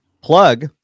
plug